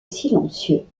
silencieux